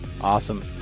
Awesome